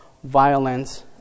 violence